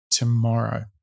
tomorrow